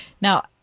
Now